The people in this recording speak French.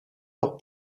leurs